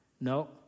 No